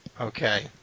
Okay